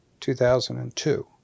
2002